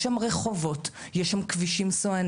יש שם רחובות, יש שם כבישים סואנים.